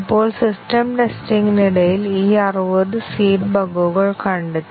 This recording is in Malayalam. ഇപ്പോൾ സിസ്റ്റം ടെസ്റ്റിംഗിനിടയിൽ ഈ 60 സീഡ് ബഗുകൾ കണ്ടെത്തി